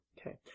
Okay